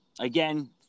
again